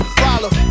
follow